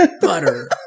butter